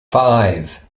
five